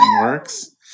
works